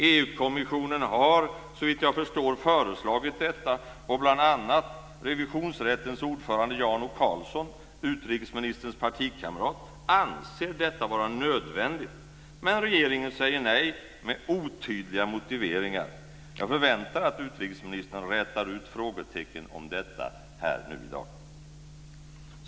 EU-kommissionen har, såvitt jag förstår, föreslagit detta, och bl.a. Revisionsrättens ordförande Jan O Karlsson, utrikesministerns partikamrat, anser detta vara nödvändigt. Men regeringen säger nej med otydliga motiveringar. Jag förväntar mig att utrikesministern rätar ut frågetecknen om detta här nu i dag.